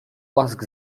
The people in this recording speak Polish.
łask